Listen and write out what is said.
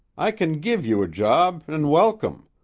i can give you a job an' welcome,